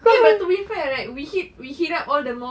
eh but to be fair right we hit we hit up all the mosques